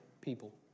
people